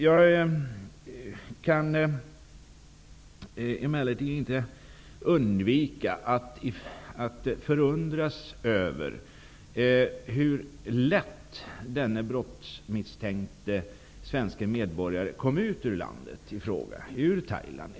Jag kan emellertid inte låta bli att förundras över hur lätt denne brottsmisstänkte svenske medborgare kom ut ur Thailand.